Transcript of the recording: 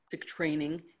training